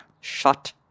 shut